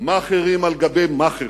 מלה אחת על כיבוש, מלה אחת.